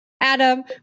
Adam